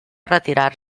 retirar